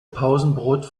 pausenbrot